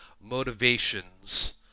motivations